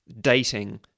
dating